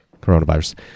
coronavirus